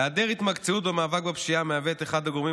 היעדר התמקצעות במאבק בפשיעה מהווה את אחד הגורמים